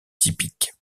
typiques